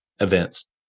events